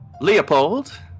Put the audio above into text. Leopold